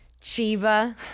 Chiba